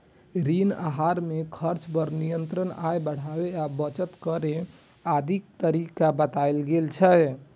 ऋण आहार मे खर्च पर नियंत्रण, आय बढ़ाबै आ बचत करै आदिक तरीका बतायल गेल छै